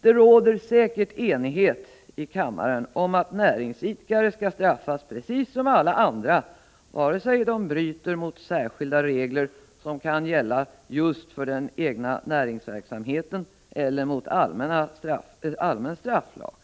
Det råder säkert enighet i kammaren om att näringsidkare skall straffas precis som alla andra vare sig de bryter mot särskilda regler, som kan gälla just för den egna näringsverksamheten, eller mot allmän strafflag.